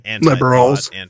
liberals